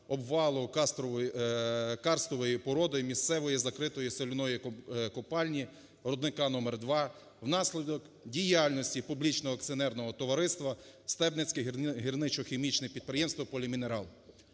обвалу карстової породи місцевої закритої соляної копальні рудника № 2 внаслідок діяльності публічного акціонерного товариства Стебницький гірничо-хімічне підприємство "Полімінерал".